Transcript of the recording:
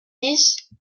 dix